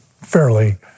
fairly